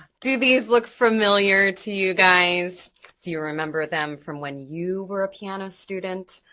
do these look familiar to you guys? do you remember them from when you were a piano student,